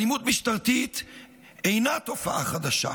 אלימות משטרתית אינה תופעה חדשה.